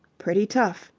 pretty tough.